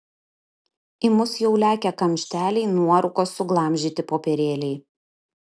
į mus jau lekia kamšteliai nuorūkos suglamžyti popierėliai